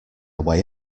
way